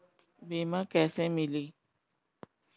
बीमा कैसे मिली?